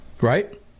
Right